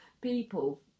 people